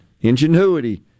ingenuity